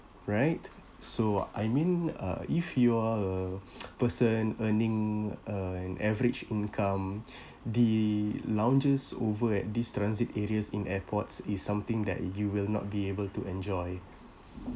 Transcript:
right so I mean uh if you are a person earning uh an average income the lounges over at this transit areas in airports is something that you will not be able to enjoy